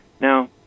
Now